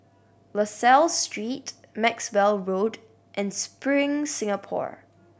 La Salle Street Maxwell Road and Spring Singapore